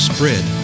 Spread